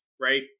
right